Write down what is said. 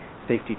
safety